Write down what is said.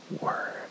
Word